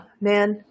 Man